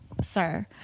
sir